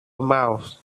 mouse